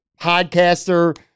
podcaster